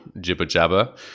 jibber-jabber